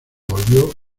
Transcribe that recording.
volvió